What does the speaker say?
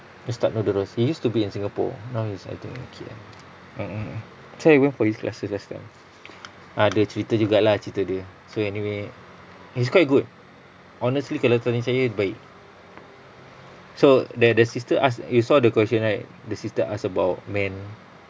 ustaz madarrus he used to be in singapore now he's I think at K_L mmhmm mm so I went for his classes last time ada cerita juga lah cerita dia so anyway he's quite good honestly kalau tanya saya baik so the the sister ask you saw the question right the sister ask about men